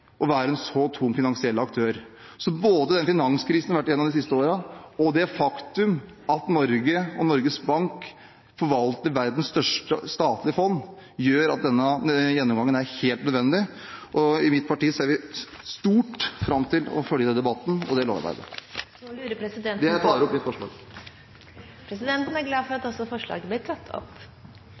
og det å være en så tung finansiell aktør, så både finanskrisen som vi har vært igjennom de siste årene, og det faktum at Norge og Norges Bank forvalter verdens største statlige fond, gjør at denne gjennomgangen er helt nødvendig. I mitt parti ser vi sterkt fram til å følge den debatten og det lovarbeidet. Jeg tar til slutt opp forslaget som Senterpartiet og Venstre står bak. Presidenten er glad for at forslaget er tatt opp.